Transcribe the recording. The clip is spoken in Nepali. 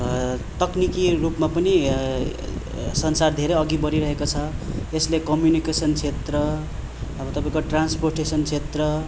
तक्निकी रूपमा पनि संसार धेरै अघि बढिरहेको छ यसले कम्युनिकेसन क्षेत्र अब तपाईँको ट्रान्पोटेसन क्षेत्र